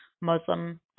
Muslim